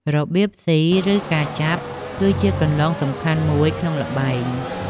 របៀបស៊ី ឬការចាប់ គឺជាគន្លងសំខាន់មួយក្នុងល្បែង។